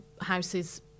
house's